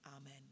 Amen